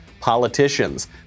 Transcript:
politicians